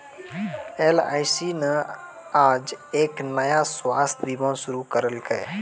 LIC न आज एक नया स्वास्थ्य बीमा शुरू करैलकै